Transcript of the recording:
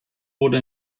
wurde